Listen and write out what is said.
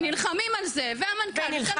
ונלחמים על זה, והמנכ"ל, וסגן השר, והשר, והצוות.